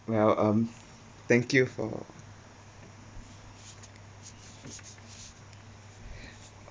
well um thank you for